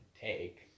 take